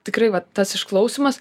tikrai vat tas išklausymas